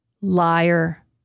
liar